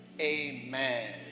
amen